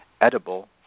edible